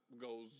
goes